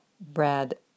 Brad